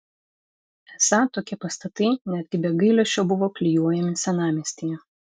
esą tokie pastatai netgi be gailesčio buvo klijuojami senamiestyje